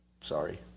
sorry